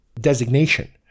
designation